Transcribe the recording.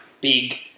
big